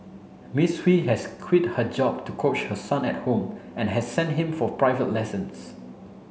Miss Hui has quit her job to coach her son at home and has sent him for private lessons